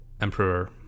emperor